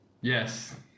Yes